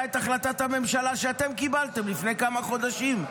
את החלטת הממשלה שאתם קיבלתם לפני כמה חודשים,